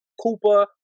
Cooper